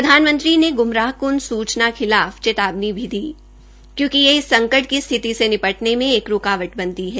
प्रधानमंत्री ने ग्मराहक्न सूचना खिलाफ चेतावती भी दी क्योंकि ये इस संकट की स्थिति में निपटने में एक रूकावत बनती है